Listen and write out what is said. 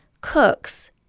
cooks